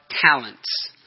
talents